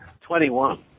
Twenty-one